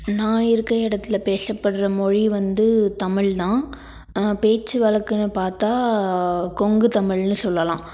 நான் இருக்கற இடத்துல பேசப்படுற மொழி வந்து தமிழ் தான் பேச்சு வழக்குன்னு பார்த்தா கொங்கு தமிழ்ன்னு சொல்லலாம்